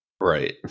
Right